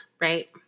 right